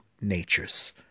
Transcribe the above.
natures